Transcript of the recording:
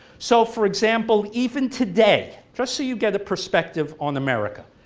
so, for example, even today, just so you get a perspective on america,